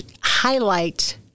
highlight